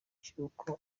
cy’uko